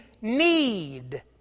need